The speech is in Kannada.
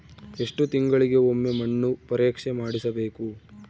ಎಷ್ಟು ತಿಂಗಳಿಗೆ ಒಮ್ಮೆ ಮಣ್ಣು ಪರೇಕ್ಷೆ ಮಾಡಿಸಬೇಕು?